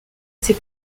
ses